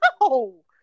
No